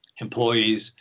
employees